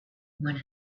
one